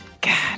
God